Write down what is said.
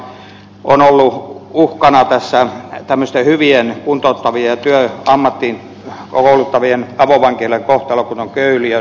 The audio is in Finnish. samaan aikaan on ollut uhkana tämmöisten hyvien kuntouttavien ja ammattiin kouluttavien avovankiloiden kohtalo kuten köyliön